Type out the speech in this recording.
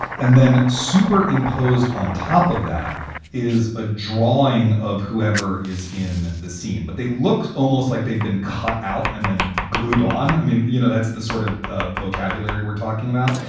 and then superimposed on top of that is a drawing of whoever is in the scene. but they look almost like they've been cut out and then glued on. i mean, you know, that's the sort of vocabulary we're talking about.